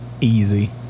easy